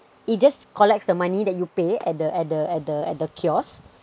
it just collects the money that you pay at the at the at the at the kiosk